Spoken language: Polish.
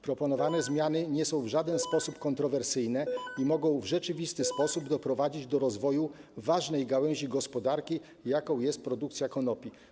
Proponowane zmiany nie są w żaden sposób kontrowersyjne i mogą w rzeczywisty sposób doprowadzić do rozwoju ważnej gałęzi gospodarki, jaką jest produkcja konopi.